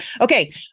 Okay